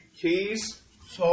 keys